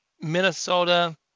Minnesota